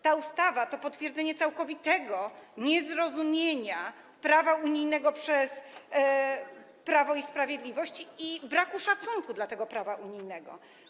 Ta ustawa to potwierdzenie całkowitego niezrozumienia prawa unijnego przez Prawo i Sprawiedliwość i braku szacunku dla tego prawa unijnego.